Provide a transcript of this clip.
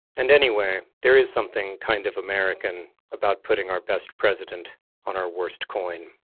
and anyway, there is something kind of american about putting our best president on our worst coin.